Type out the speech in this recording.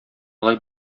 алай